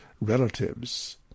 relatives